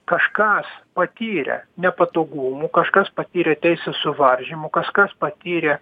kažkas patyrė nepatogumų kažkas patyrė teisės suvaržymų kažkas patyrė